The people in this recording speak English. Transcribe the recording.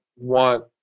want